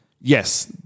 Yes